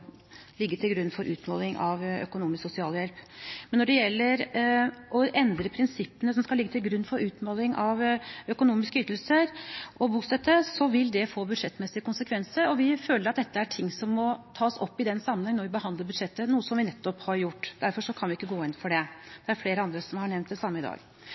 til grunn for utmåling av økonomisk sosialhjelp. Men når det gjelder å endre prinsippene som skal ligge til grunn for utmåling av økonomiske ytelser og bostøtte, vil det få budsjettmessige konsekvenser, og vi føler at dette er ting som må tas opp når vi behandler budsjettet, noe vi nettopp har gjort. Derfor kan vi ikke gå inn for det. Det er flere andre som har nevnt det samme i dag.